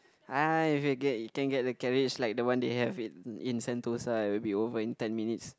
ah if you get you can get the carriage like the one they have in in Sentosa it will be over in ten minutes